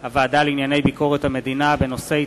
הוועדה לענייני ביקורת המדינה בעקבות דיון מהיר בנושא: